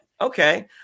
okay